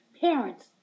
parents